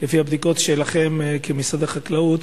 לפי הבדיקות שלכם כמשרד החקלאות,